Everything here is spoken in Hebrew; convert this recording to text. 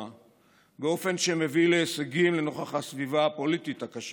באופן שמביא להישגים לנוכח הסביבה הפוליטית הקשה.